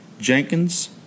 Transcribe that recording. Jenkins